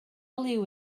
liw